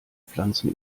pflanzen